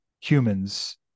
humans